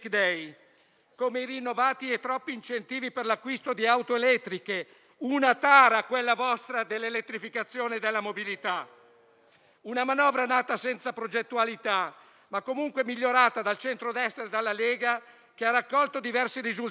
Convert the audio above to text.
day*; i rinnovati e troppi incentivi per l'acquisto di auto elettriche: una tara, quella vostra, dell'elettrificazione della mobilità. È una manovra nata senza progettualità, ma comunque migliorata dal centrodestra e dalla Lega, che ha raccolto diversi risultati.